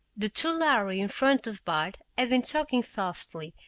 the two lhari in front of bart had been talking softly,